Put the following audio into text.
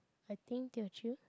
I think Teochew